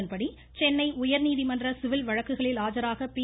அதன்படி சென்னை உயா்நீதிமன்ற சிவில் வழக்குகளில் ஆஜராக பி